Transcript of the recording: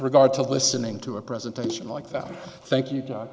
regard to listening to a presentation like that thank you